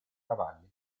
cavalli